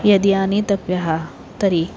यदि आनीतव्यः तर्हि